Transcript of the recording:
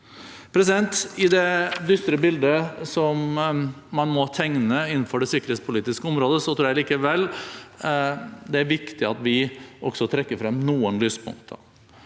I det dystre bildet som man må tegne innenfor det sikkerhetspolitiske området, tror jeg likevel det er viktig at vi også trekker frem noen lyspunkter.